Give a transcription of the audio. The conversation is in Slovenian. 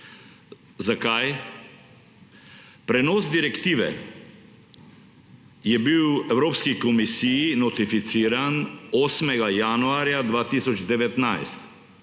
Zakaj? Prenos direktive je bil v Evropski komisiji notificiran 8. januarja 2019